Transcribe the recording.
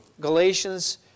Galatians